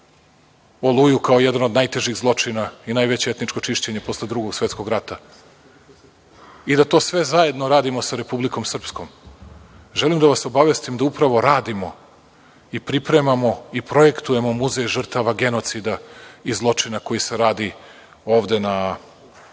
„Oluju“ kao jedan od najtežih zločina i najveće etičko čišćenje posle Drugog svetskog rata i da to sve zajedno radimo sa Republikom Srpskom. Želim da vas obavestim da upravo radimo i pripremamo i projektujemo muzej žrtava genocida i zločina koji se radi na